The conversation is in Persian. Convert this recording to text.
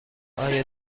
آیا